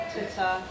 Twitter